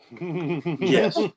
Yes